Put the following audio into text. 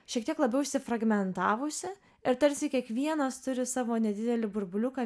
šiek tiek labiau išsifragmentavusi ir tarsi kiekvienas turi savo nedidelį burbuliuką